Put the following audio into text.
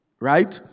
right